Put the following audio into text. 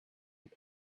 had